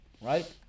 Right